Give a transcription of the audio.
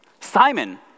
Simon